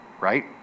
right